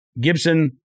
Gibson